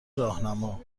راهنما